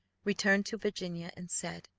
returned to virginia, and said,